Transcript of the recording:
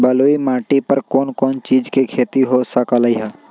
बलुई माटी पर कोन कोन चीज के खेती हो सकलई ह?